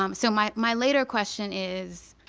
um so my my later question is,